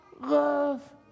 love